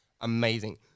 amazing